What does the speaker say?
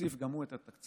יוסיף גם הוא את התקציב.